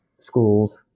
schools